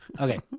Okay